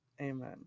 Amen